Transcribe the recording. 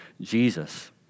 Jesus